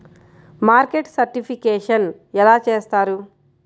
Market certification ఎలా చేస్తారు?